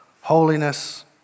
holiness